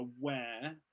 aware